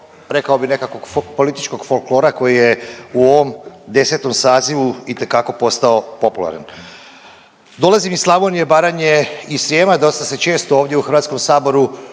rekao bi nekakvog političkog folklora koji je u ovom 10. sazivu itekako postao popularan. Dolazim iz Slavonije, Baranje i Srijema dosta se često ovdje u HS upravo govori